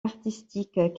artistiques